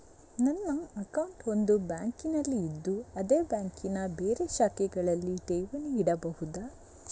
ನನ್ನ ಅಕೌಂಟ್ ಒಂದು ಬ್ಯಾಂಕಿನಲ್ಲಿ ಇದ್ದು ಅದೇ ಬ್ಯಾಂಕಿನ ಬೇರೆ ಶಾಖೆಗಳಲ್ಲಿ ಠೇವಣಿ ಇಡಬಹುದಾ?